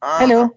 hello